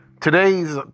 today's